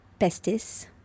Pestis